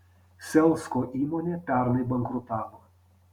selsko įmonė pernai bankrutavo